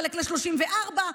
חלק ל-34 שנים.